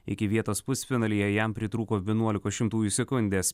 iki vietos pusfinalyje jam pritrūko vienuolikos šimtųjų sekundės